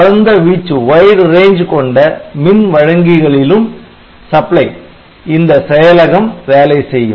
பரந்த வீச்சு கொண்ட மின் வழங்கிகளிலும் இந்த செயலகம் வேலை செய்யும்